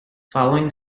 following